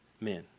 men